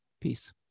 Peace